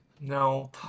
No